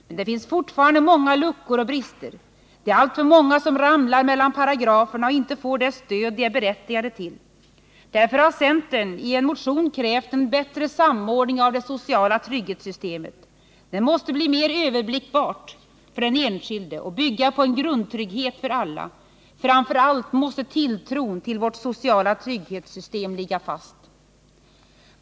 Men det finns fortfarande många luckor och brister. Det är alltför många som ramlar mellan paragraferna och inte får det stöd de är berättigade till. Därför har centern i en motion krävt en bättre samordning av det sociala trygghetssystemet. Det måste bli mer överblickbart för den enskilde och bygga på en grundtrygghet för alla. Framför allt måste tilltron till vårt sociala trygghetssystem ligga fast.